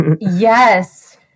Yes